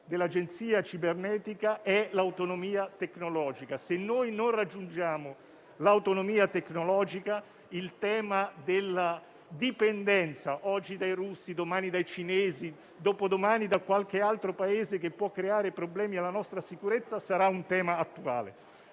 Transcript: nazionale è l'autonomia tecnologica. Se non raggiungiamo l'autonomia tecnologica, il tema della dipendenza (oggi dai russi, domani dai cinesi, dopodomani da qualche altro Paese che può creare problemi alla nostra sicurezza) sarà sempre un tema attuale.